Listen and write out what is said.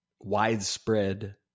widespread